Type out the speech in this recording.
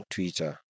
Twitter